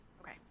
Okay